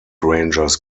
rangers